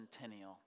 centennial